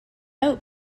out